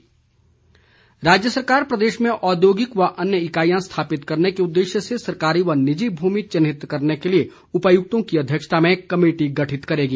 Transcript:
जयराम ठाक्र राज्य सरकार प्रदेश में औद्योगिक व अन्य इकाईयां स्थापित करने के उददेश्य से सरकारी व निजी भूमि चिन्हित करने के लिए उपायुक्तों की अध्यक्षता में कमेटी गठित करेगी